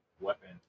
weapon